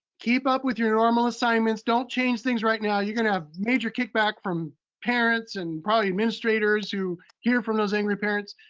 keep up with your normal assignments. don't change things right now. you're gonna have major kickback from parents and probably administrators who hear from those angry parents.